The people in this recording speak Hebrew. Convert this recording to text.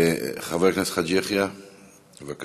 חבר הכנסת חאג' יחיא, בבקשה.